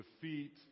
defeat